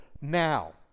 now